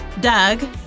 Doug